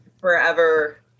forever